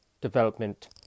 Development